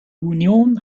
union